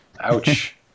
Ouch